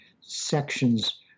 sections